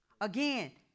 again